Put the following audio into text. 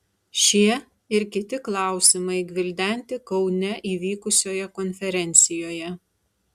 šie ir kiti klausimai gvildenti kaune įvykusioje konferencijoje